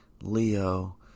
Leo